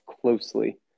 closely